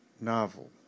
novel